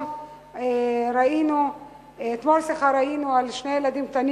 אתמול ראינו שוב ששני ילדים קטנים